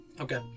Okay